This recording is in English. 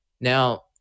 Now